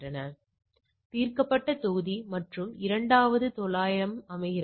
இது தீர்க்கப்பட்ட தொகுதி மற்றும் இரண்டாவது மற்றும் 900 ஐ அமைக்கிறது